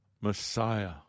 Messiah